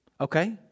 Okay